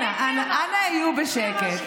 אנא, אנא היו בשקט.